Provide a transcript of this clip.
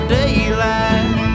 daylight